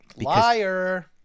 Liar